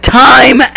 time